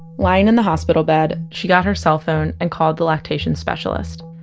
lying in the hospital bed, she got her cell phone and called the lactation specialist,